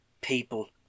people